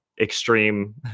extreme